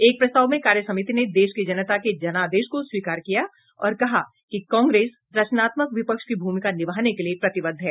एक प्रस्ताव में कार्य समिति ने देश की जनता के जनादेश को स्वीकार किया और कहा कि कांग्रेस रचनात्मक विपक्ष की भूमिका निभाने के लिए प्रतिबद्ध है